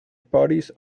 parties